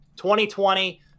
2020